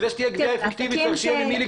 כדי שתהיה גבייה אפקטיבית, צריך שיהיה ממי לגבות.